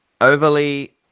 overly